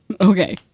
okay